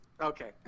Okay